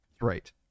right